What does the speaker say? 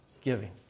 giving